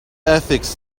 ethics